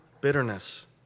bitterness